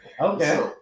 Okay